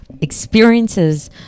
experiences